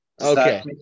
okay